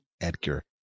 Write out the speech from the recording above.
Edgar